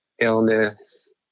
illness